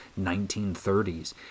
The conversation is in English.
1930s